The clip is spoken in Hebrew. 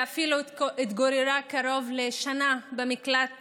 ואפילו התגוררה קרוב לשנה במקלט